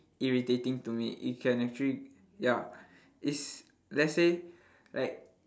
irritating to me it can actually ya it's let say like